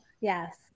yes